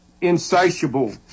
insatiable